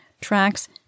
tracks